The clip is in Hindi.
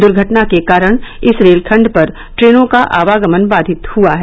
दुर्घटना के कारण इस रेलखण्ड पर ट्रेनों का आवागमन बाघित हुआ है